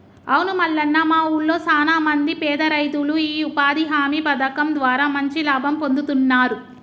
అవును మల్లన్న మా ఊళ్లో సాన మంది పేద రైతులు ఈ ఉపాధి హామీ పథకం ద్వారా మంచి లాభం పొందుతున్నారు